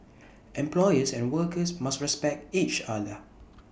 employers and workers must respect each other